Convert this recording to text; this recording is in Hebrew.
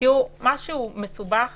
משהו מסובך